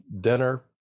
dinner